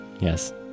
Yes